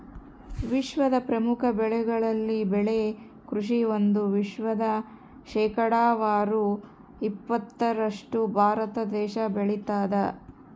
ವಿಶ್ವದ ಪ್ರಮುಖ ಬೆಳೆಗಳಲ್ಲಿ ಬಾಳೆ ಕೃಷಿ ಒಂದು ವಿಶ್ವದ ಶೇಕಡಾವಾರು ಇಪ್ಪತ್ತರಷ್ಟು ಭಾರತ ದೇಶ ಬೆಳತಾದ